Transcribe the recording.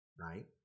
right